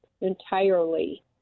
entirely